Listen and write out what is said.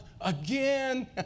again